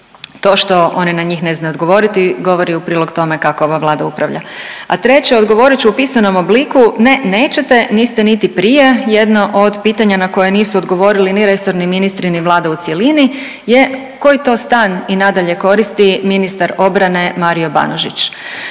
To što oni na njih ne znaju odgovoriti govori u prilog tome kako ova Vlada upravlja. A treće „odgovorit ću u pisanom obliku“, ne nećete, niste niti prije, jedno od pitanja na koje nisu odgovorili ni resorni ministri, ni Vlada u cjelini je koji to stan i nadalje koristi ministar obrane Mario Banožić?